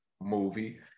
movie